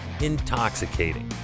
intoxicating